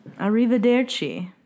Arrivederci